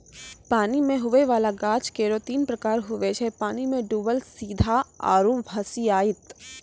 पानी मे हुवै वाला गाछ केरो तीन प्रकार हुवै छै पानी मे डुबल सीधा आरु भसिआइत